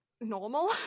normal